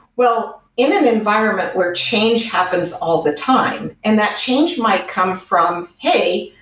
well, in an environment where change happens all the time, and that change might come from, hey,